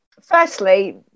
Firstly